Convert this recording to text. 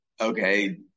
okay